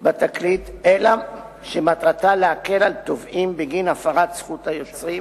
בתקליט אלא מטרתה להקל על תובעים בגין הפרת זכות היוצרים